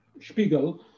Spiegel